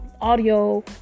audio